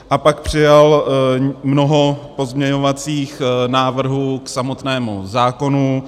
A pak přijal mnoho pozměňovacích návrhů k samotnému zákonu.